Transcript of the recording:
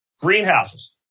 Greenhouses